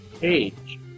page